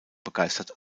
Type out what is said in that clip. begeistert